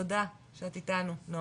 תודה שאת איתנו נועה.